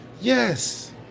Yes